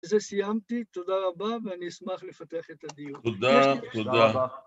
ב‫זה סיימתי, תודה רבה, ‫ואני אשמח לפתח את הדיון. ‫תודה, תודה. ‫-תודה רבה.